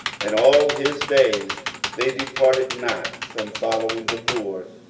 and all his days they departed not from following the lord,